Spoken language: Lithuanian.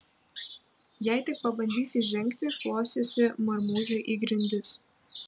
jei tik pabandysi žengti plosiesi marmūze į grindis